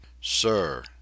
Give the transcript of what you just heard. Sir